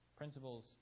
principles